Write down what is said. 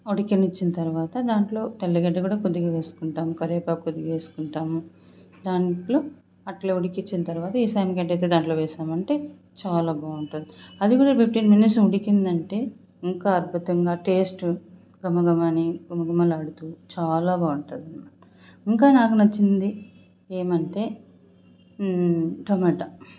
ఉడకనిచ్చిన తరువాత దాంట్లో తెల్లగడ్డ కూడా కొద్దిగా వేసుకుంటాం కరివేపాకు కొద్దిగా వేసుకుంటాం దాంట్లో అట్లా ఉడికిచ్చిన తరువాత ఈ సాంగడ్డ ఎత్తి దాంట్లో వేశామంటే చాలా బావుంటది అది కూడా ఫిఫ్టీన్ మినిట్స్ ఉడికిందంటే ఇంకా అద్భుతంగా టేస్టు గామా గమాని గుమగుమలాడుతూ చాలా బాగుంటాదనమాట ఇంకా నాకు నచ్చింది ఏమంటే టమేటా